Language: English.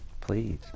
Please